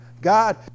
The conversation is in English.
God